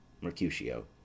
Mercutio